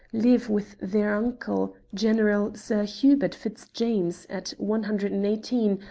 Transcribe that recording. live with their uncle, general sir hubert fitzjames, at one hundred and eighteen,